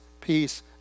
peace